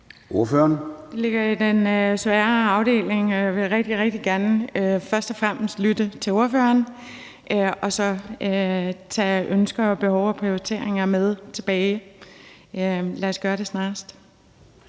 (M): Det ligger i den svære afdeling. Jeg vil rigtig, rigtig gerne først og fremmest lytte til ordføreren og så tage ønsker, behov og prioriteringer med tilbage. Lad os gøre det snarest.